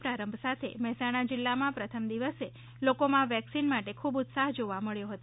પ્રારંભ સાથે મહેસાણા જિલ્લામાં પ્રથમ દિવસે લોકોમાં વેકસિન માટે ખૂબ ઉત્સાહ જોવા મબ્યો હતો